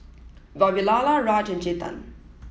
Vavilala Raj and Chetan